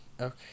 Okay